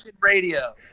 radio